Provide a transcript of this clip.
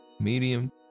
medium